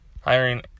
hiring